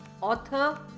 author